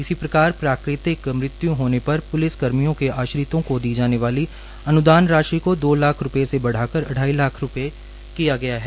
इसी प्रकार प्राकृतिक मृत्यु होने पर प्लिसकर्मियों के आश्रितों को दी जाने वाली अन्दान राशि को दो लाख रूप्ये से बढ़ाकर अढाई लाख रूपये किया गया है